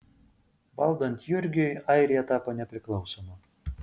valdant jurgiui airija tapo nepriklausoma